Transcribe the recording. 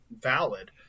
valid